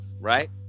right